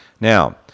Now